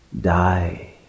die